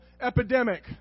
epidemic